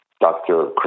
Dr